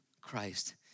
Christ